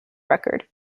record